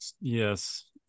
Yes